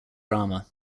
drama